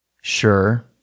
Sure